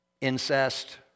Incest